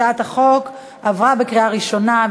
הצעת החוק עברה בקריאה ראשונה,